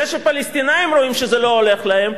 זה שפלסטינים רואים שזה לא הולך להם,